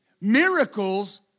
Miracles